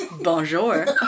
Bonjour